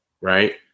right